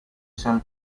san